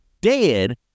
dead